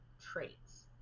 traits